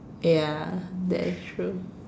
ya that is true